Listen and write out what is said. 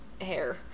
hair